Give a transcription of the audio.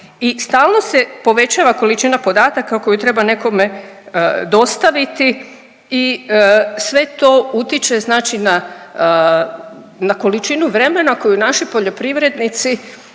stalno se povećava količina podataka koju treba nekome dostaviti i sve to utiče na količinu vremena koju naši poljoprivrednici